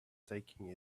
taking